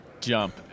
jump